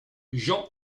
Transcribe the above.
jean